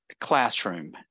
classroom